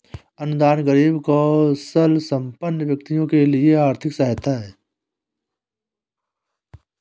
अनुदान गरीब कौशलसंपन्न व्यक्तियों के लिए आर्थिक सहायता है